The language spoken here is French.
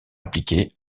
appliqué